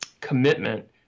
commitment